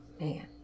Man